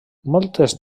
moltes